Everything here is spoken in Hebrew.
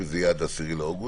וזה יהיה עד ה-10 לאוגוסט.